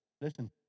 listen